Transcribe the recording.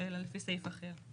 אלא לפי סעיף אחר.